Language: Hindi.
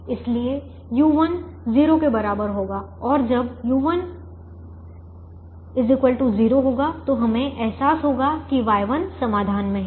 इसलिए u1 0 के बराबर होगा और जब u1 0 होगा तो हमें एहसास होगा कि Y1 समाधान में है